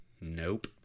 nope